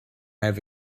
have